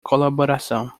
colaboração